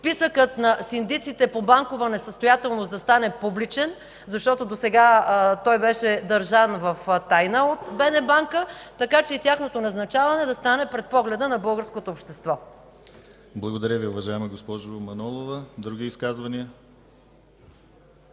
списъкът на синдиците по банкова несъстоятелност да стане публичен, защото досега той беше държан в тайна от БНБанка, така че и тяхното назначаване да стане пред погледа на българското общество. ПРЕДСЕДАТЕЛ ДИМИТЪР ГЛАВЧЕВ: Благодаря Ви, уважаема госпожо Манолова. Други изказвания?